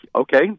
okay